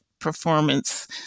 performance